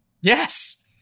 Yes